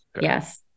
yes